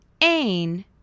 Ain